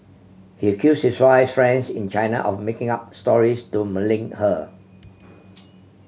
he accuse his wife friends in China of making up stories to malign her